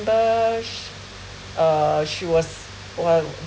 uh she was !wah!